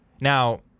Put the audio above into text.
Now